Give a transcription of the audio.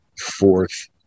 fourth